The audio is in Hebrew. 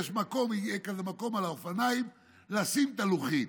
יהיה מקום על האופניים לשים את הלוחית.